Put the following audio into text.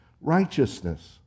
righteousness